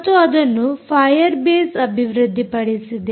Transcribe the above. ಮತ್ತು ಅದನ್ನು Firebase ಅಭಿವೃದ್ದಿಪಡಿಸಿದೆ